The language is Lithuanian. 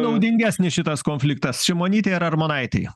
naudingesnis šitas konfliktas šimonytei ar armonaitei